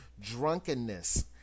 drunkenness